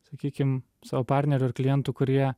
sakykim savo partnerių ir klientų kurie